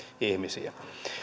ihmisiä